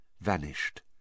vanished